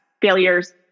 failures